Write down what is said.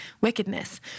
wickedness